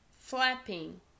Flapping